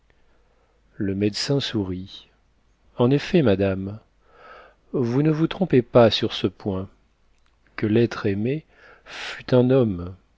le médecin sourit en effet madame vous ne vous trompez pas sur ce point que l'être aimé fut un homme